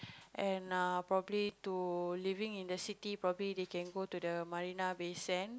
and err probably to living in the city probably they can go to Marina-Bay-Sand